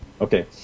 Okay